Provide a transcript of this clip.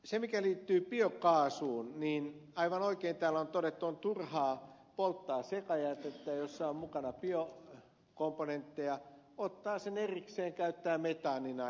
siitä mikä liittyy biokaasuun aivan oikein täällä on todettu että on turhaa polttaa sekajätettä jossa on mukana biokomponentteja se tulisi ottaa erikseen ja käyttää metaanina